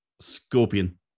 Scorpion